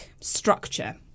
structure